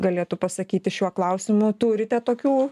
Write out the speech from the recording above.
galėtų pasakyti šiuo klausimu turite tokių